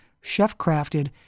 chef-crafted